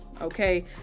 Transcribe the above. Okay